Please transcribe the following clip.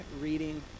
reading